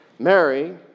Mary